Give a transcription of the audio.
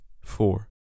four